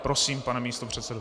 Prosím, pane místopředsedo.